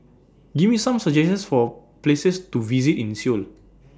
Give Me Some suggestions For Places to visit in Seoul